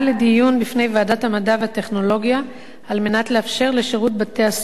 והטכנולוגיה על מנת לאפשר לשירות בתי-הסוהר להמשיך לתפעל